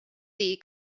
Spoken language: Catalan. dir